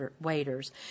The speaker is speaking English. waiters